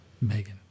Megan